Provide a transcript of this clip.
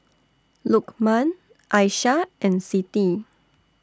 Lokman Aishah and Siti